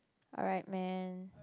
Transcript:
alright man